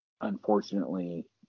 Unfortunately